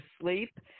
sleep